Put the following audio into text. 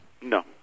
No